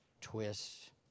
twists